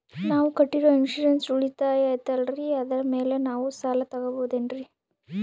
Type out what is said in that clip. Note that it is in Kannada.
ನಾವು ಕಟ್ಟಿರೋ ಇನ್ಸೂರೆನ್ಸ್ ಉಳಿತಾಯ ಐತಾಲ್ರಿ ಅದರ ಮೇಲೆ ನಾವು ಸಾಲ ತಗೋಬಹುದೇನ್ರಿ?